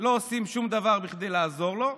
לא עושים שום דבר כדי לעזור לו,